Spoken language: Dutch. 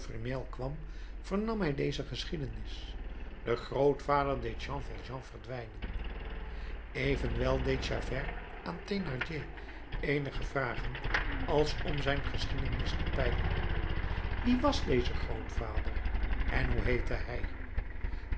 kwam vernam hij deze geschiedenis de grootvader deed jean valjean verdwijnen evenwel deed javert aan thénardier eenige vragen als om zijn geschiedenis te peilen wie was deze grootvader en hoe heette hij